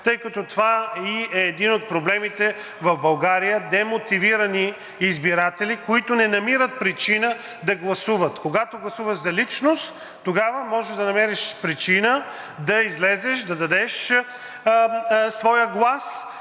тъй като това е и един от проблемите в България – демотивирани избиратели, които не намират причина да гласуват. Когато гласуваш за личност, тогава може да намериш причина да излезеш, да дадеш своя глас